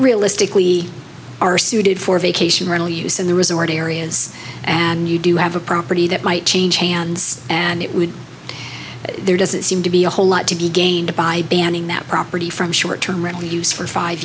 realistically are suited for vacation rental use in the resort areas and you do have a property that might change hands and it would there doesn't seem to be a whole lot to be gained by banning that property from short term rental use for five